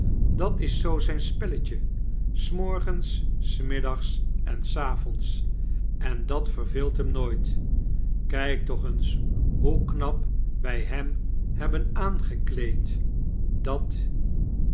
dat is zoo zyn spelletje s morgens s middags en s avonds en dat verveelt hem nooit kyk toch eens hoe knap wy hem hebben aangekleed dat